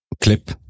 clip